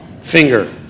Finger